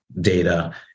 data